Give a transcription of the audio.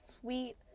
sweet